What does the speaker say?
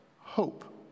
hope